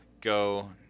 go